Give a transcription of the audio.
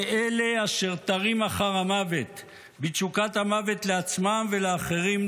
באלה אשר תרים אחר המוות --- בתשוקת המוות לעצמם ולאחרים,